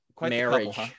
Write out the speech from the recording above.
marriage